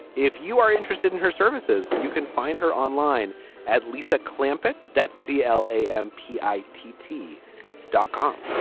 if you are interested in her services, you can find her online at lisa clampett. that's c l a and um p i. ttr dot com.